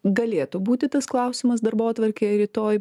galėtų būti tas klausimas darbotvarkėje rytoj